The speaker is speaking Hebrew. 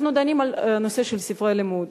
אנחנו דנים על הנושא של ספרי לימוד.